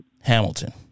Hamilton